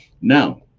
Now